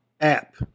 app